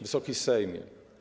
Wysoki Sejmie!